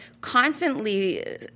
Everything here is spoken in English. constantly